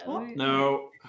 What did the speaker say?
No